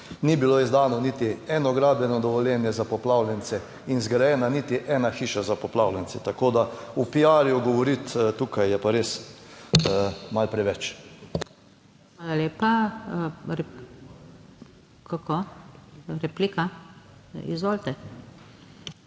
ni bilo izdano niti eno gradbeno dovoljenje za poplavljence in zgrajena niti ena hiša za poplavljence. Tako, da v piarju govoriti tukaj je pa res, malo preveč.